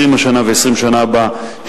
20 השנה ו-20 בשנה הבאה,